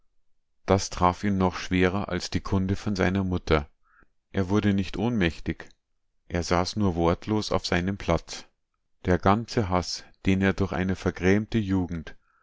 das traf ihn noch schwerer als die kunde von seiner mutter er wurde nicht ohnmächtig er saß nur wortlos auf seinem platz der ganze haß den er durch eine vergrämte jugend